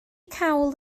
cawl